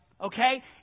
okay